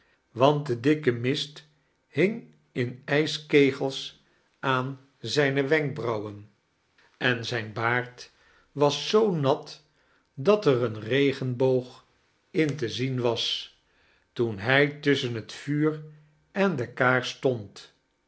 want de dikke mist bing in ijskegels ami zijne wenkbrauwen en zijn baard was zoo nat dat er een regenboog in te zien was toen hij tussoben bet vuur en de kaars stond